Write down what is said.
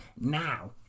Now